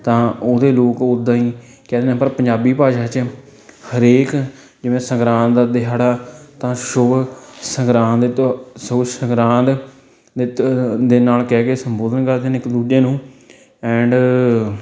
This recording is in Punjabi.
ਤਾਂ ਉਦੇ ਲੋਕ ਉੱਦਾਂ ਹੀ ਕਹਿ ਦਿੰਦੇ ਹਨ ਪਰ ਪੰਜਾਬੀ ਭਾਸ਼ਾ 'ਚ ਹਰੇਕ ਜਿਵੇਂ ਸੰਗਰਾਂਦ ਦਾ ਦਿਹਾੜਾ ਤਾਂ ਸ਼ੁਭ ਸੰਗਰਾਂਦ ਤ ਸ਼ੁੱਭ ਸੰਗਰਾਂਦ ਤ ਦੇ ਨਾਲ ਕਹਿ ਕੇ ਸੰਬੋਧਨ ਕਰਦੇ ਨੇ ਇੱਕ ਦੂਜੇ ਨੂੰ ਐਂਡ